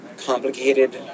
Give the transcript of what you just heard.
complicated